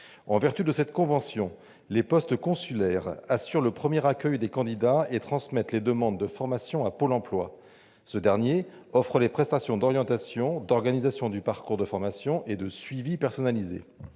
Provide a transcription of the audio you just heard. En vertu de cette convention, les postes consulaires assurent le premier accueil des candidats et transmettent les demandes de formation à Pôle emploi. Ce dernier organisme offre des prestations d'orientation, d'organisation du parcours de formation et de suivi personnalisé.